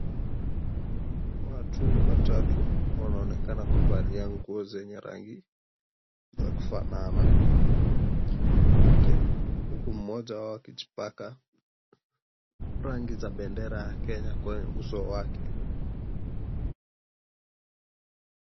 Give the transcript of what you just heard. Watu watatu wanaonekana kuvalia nguo zenye rangi za kufanana huku mmoja wao akjipaka rangi za bendera ya kenya kwenye uso wake.